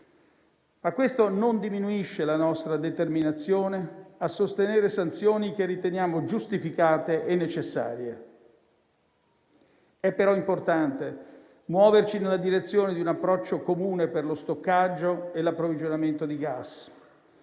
ma questo non diminuisce la nostra determinazione a sostenere sanzioni che riteniamo giustificate e necessarie. È però importante muoverci nella direzione di un approccio comune per lo stoccaggio e l'approvvigionamento di gas;